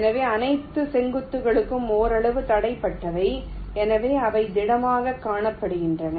எனவே அனைத்து செங்குத்துகளும் ஓரளவு தடுக்கப்பட்டவை எனவே அவை திடமாகக் காட்டப்படுகின்றன